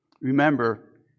Remember